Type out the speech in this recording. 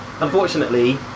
Unfortunately